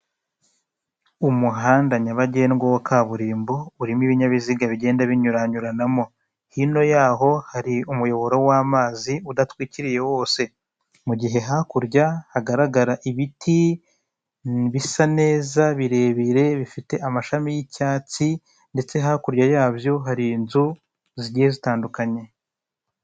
Umuhanda nyabagendwa wa kaburimbo urimo ibinyabiziga bigenda binyuranyuranamo hino yaho hari umuyoboro w'amazi udatwikiriye wose, mu gihe hakurya hagaragara ibiti bisa neza birebire bifite amashami y'icyatsi, ndetse hakurya yabyo hari inzu zigiye zitandukanye.